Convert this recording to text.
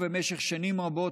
ובמשך שנים רבות,